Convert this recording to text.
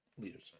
leaders